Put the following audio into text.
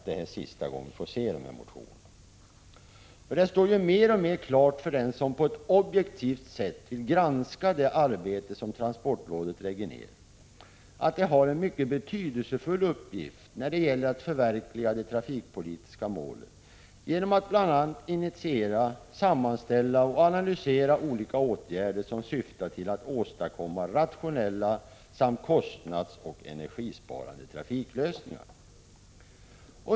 Det står ju mer och mer klart för dem som objektivt vill granska det arbete som transportrådet lägger ned att transportrådet har en mycket betydelsefull uppgift när det gäller att förverkliga de trafikpolitiska målen, bl.a. genom att initiera, sammanställa och analysera olika åtgärder, som syftar till att åstadkomma rationella samt kostnadsoch energisparande trafiklösningar.